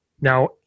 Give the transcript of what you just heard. Now